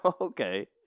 Okay